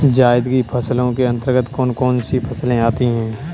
जायद की फसलों के अंतर्गत कौन कौन सी फसलें आती हैं?